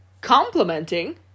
complimenting